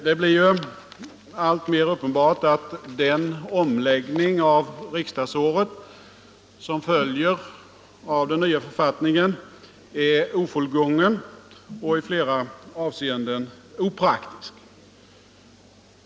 Det blir alltmer uppenbart att den omläggning av riksdagsåret som följer av den nya författningen är ofullgången och i flera avseenden opraktisk.